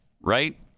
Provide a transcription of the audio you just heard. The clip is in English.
right